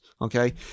Okay